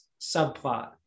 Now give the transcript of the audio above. subplot